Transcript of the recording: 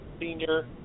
senior